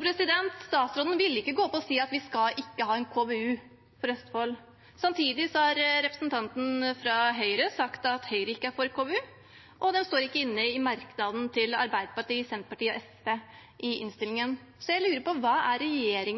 Statsråden ville ikke gå opp og si at vi ikke skal ha en KVU for Østfold. Samtidig har representanten fra Høyre sagt at Høyre ikke er for KVU, og de står ikke inne i merknaden til Arbeiderpartiet, Senterpartiet og SV i innstillingen. Så jeg lurer på: Hva er